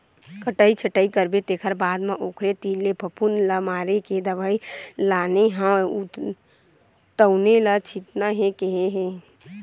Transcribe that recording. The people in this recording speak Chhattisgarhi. कटई छटई करबे तेखर बाद म ओखरे तीर ले फफुंद ल मारे के दवई लाने हव तउने ल छितना हे केहे हे